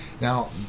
Now